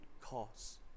cause